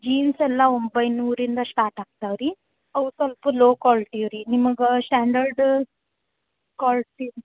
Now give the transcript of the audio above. jeans ಎಲ್ಲ ಒಂಬೈನೂರಿಂದ start ಆಗ್ತಾವೆ ರೀ ಅವು ಸೊಲ್ಪ ಲೋ ಕ್ವಾಲ್ಟಿವು ರೀ ನಿಮಗೆ ಸ್ಟ್ಯಾಂಡರ್ಡ್ ಕ್ವಾಲ್ಟಿ